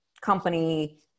company